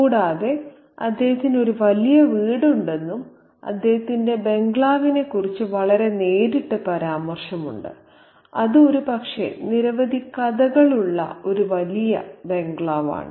കൂടാതെ അദ്ദേഹത്തിന് ഒരു വലിയ വീടുണ്ടെന്നും അദ്ദേഹത്തിന്റെ ബംഗ്ലാവിനെക്കുറിച്ച് വളരെ നേരിട്ട് പരാമർശമുണ്ട് അത് ഒരുപക്ഷേ നിരവധി കഥകളുള്ള ഒരു വലിയ ബംഗ്ലാവാണ്